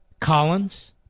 Collins